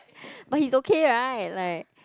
but he's okay right like